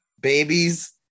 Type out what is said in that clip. Babies